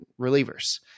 relievers